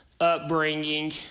upbringing